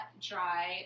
dry